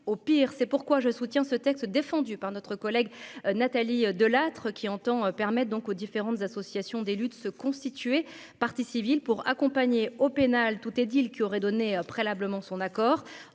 au pire, c'est pourquoi je soutiens ce texte défendu par notre collègue Nathalie Delattre qui entend permettent donc aux différentes associations d'élus, de se constituer partie civile pour accompagner au pénal : tout est dit-il, qui aurait donné préalablement son accord,